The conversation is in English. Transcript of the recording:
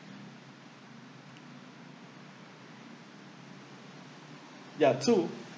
ya true